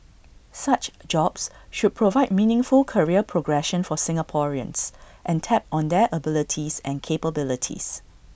such jobs should provide meaningful career progression for Singaporeans and tap on their abilities and capabilities